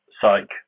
psych